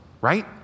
right